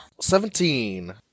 Seventeen